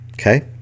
Okay